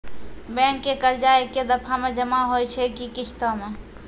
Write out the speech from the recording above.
Bank के कर्जा ऐकै दफ़ा मे जमा होय छै कि किस्तो मे?